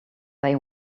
they